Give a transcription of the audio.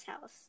house